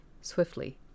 swiftly